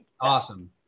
Awesome